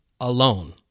alone